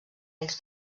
ells